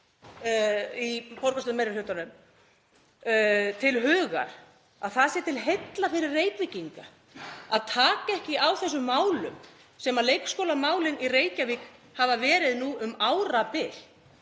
í borgarstjórnarmeirihlutanum til hugar að það sé til heilla fyrir Reykvíkinga að taka ekki á þessum málum sem leikskólamálin í Reykjavík hafa verið nú um árabil.